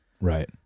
right